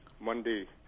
Monday